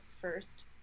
first